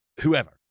whoever